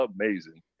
amazing